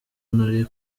nari